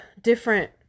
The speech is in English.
different